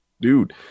Dude